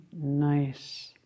nice